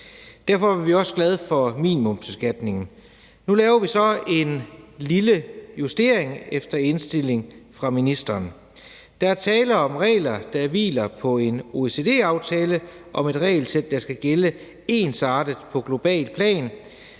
Derfor var vi også glade for minimumsbeskatningen. Nu laver vi så en lille justering efter indstilling fra ministeren. Der er tale om regler, der hviler på en OECD-aftale om et regelsæt, der skal gælde ensartet på globalt plan.